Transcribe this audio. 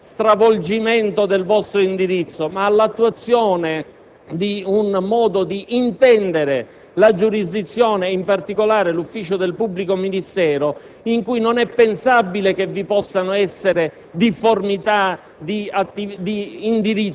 non ad uno stravolgimento del vostro indirizzo, ma all'attuazione di un modo di intendere la giurisdizione, in particolare l'ufficio del pubblico ministero, in cui non è pensabile che vi possano essere difformità